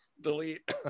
delete